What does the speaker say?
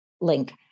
link